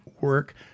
work